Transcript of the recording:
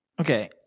Okay